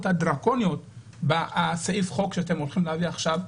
הדרקוניות בסעיף החוק שאתם הולכים להביא עכשיו,